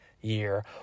year